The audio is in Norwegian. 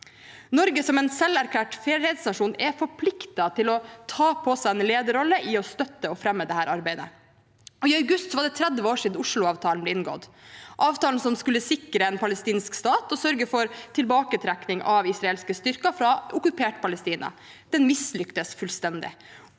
Norge, som en selverklært fredsnasjon, er forpliktet til å ta på seg en lederrolle i å støtte og fremme dette arbeidet. I august var det 30 år siden Oslo-avtalen ble inngått, avtalen som skulle sikre en palestinsk stat og sørge for tilbaketrekking av israelske styrker fra okkupert Palestina. Den mislyktes fullstendig.